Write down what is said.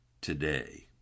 today